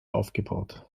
aufgebaut